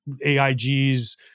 AIG's